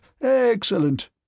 Excellent